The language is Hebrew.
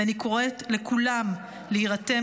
ואני קוראת לכולם להירתם